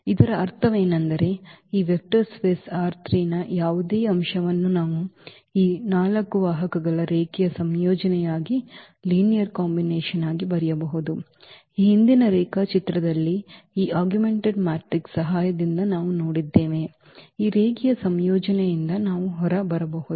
ಇದರ ಅರ್ಥವೇನೆಂದರೆ ಈ ವೆಕ್ಟರ್ ಸ್ಪೇಸ್ ನ ಯಾವುದೇ ಅಂಶವನ್ನು ನಾವು ಈ 4 ವಾಹಕಗಳ ರೇಖೀಯ ಸಂಯೋಜನೆಯಾಗಿ ಬರೆಯಬಹುದು ಈ ಹಿಂದಿನ ರೇಖಾಚಿತ್ರದಲ್ಲಿ ಈ augmented ಮ್ಯಾಟ್ರಿಕ್ಸ್ ಸಹಾಯದಿಂದ ನಾವು ನೋಡಿದ್ದೇವೆ ಈ ರೇಖೀಯ ಸಂಯೋಜನೆಯಿಂದ ನಾವು ಹೊರಬರಬಹುದು